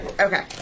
Okay